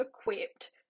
equipped